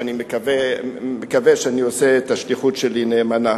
ואני מקווה שאני עושה את השליחות שלי נאמנה.